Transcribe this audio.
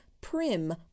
prim